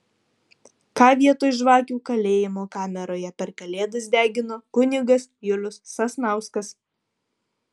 ką vietoj žvakių kalėjimo kameroje per kalėdas degino kunigas julius sasnauskas